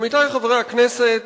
עמיתי חברי הכנסת,